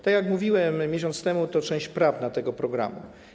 Tak jak mówiłem miesiąc temu, to część prawna tego programu.